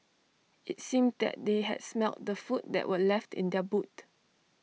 IT seemed that they had smelt the food that were left in the boot